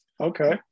okay